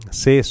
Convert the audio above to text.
se